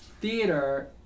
Theater